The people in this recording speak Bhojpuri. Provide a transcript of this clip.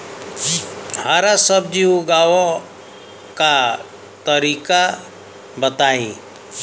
हरा सब्जी उगाव का तरीका बताई?